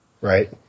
Right